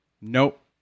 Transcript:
nope